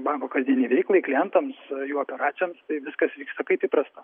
banko kasdienei veiklai klientams jų operacijoms tai viskas vyksta kaip įprasta